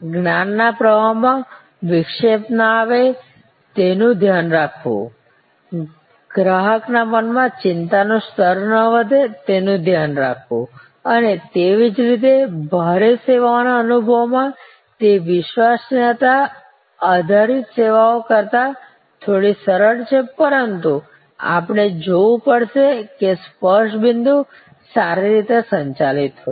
જ્ઞાનના પ્રવાહમાં વિક્ષેપ ન આવે તેનું ધ્યાન રાખવું ગ્રાહકના મનમાં ચિંતાનું સ્તર ન વધે તેનું ધ્યાન રાખવું અને તેવી જ રીતે ભારે સેવાઓના અનુભવમાં તે વિશ્વસનીયતા આધારિત સેવાઓ કરતાં થોડી સરળ છે પરંતુ આપણે જોવું પડશે કે સ્પર્શ બિંદુ સારી રીતે સંચાલિત હોઈ